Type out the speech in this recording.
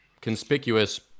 conspicuous